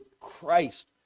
Christ